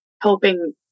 helping